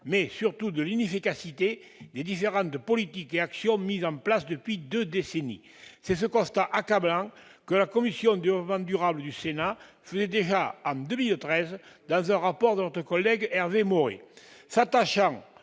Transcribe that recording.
mais surtout de l'inefficacité des différentes politiques et actions mises en place depuis deux décennies. C'est ce constat accablant que la commission du développement durable du Sénat faisait déjà en 2013, ... Eh oui !... dans un rapport de notre collègue Hervé Maurey.